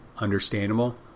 Understandable